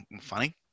Funny